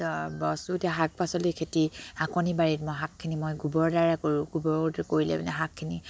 শাক পাচলিৰ খেতি শাকনি বাৰীত মই শাকখিনি মই গোবৰৰ দ্বাৰা কৰোঁ গোবৰ কৰিলে মানে শাকখিনি